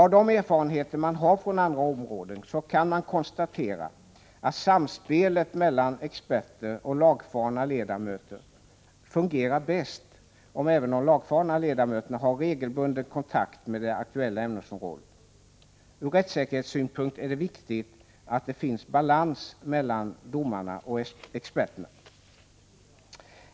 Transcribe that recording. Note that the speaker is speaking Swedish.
Av de erfarenheter man har från andra områden kan man konstatera att samspelet mellan experter och lagfarna ledamöter fungerar bäst om även de lagfarna ledamöterna har regelbunden kontakt med det aktuella ämnesområdet. Ur rättssäkerhetssynpunkt är det viktigt att det finns balans mellan domarna och experterna.